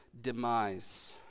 demise